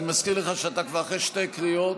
אני מזכיר לך שאתה כבר אחרי שתי קריאות,